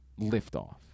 liftoff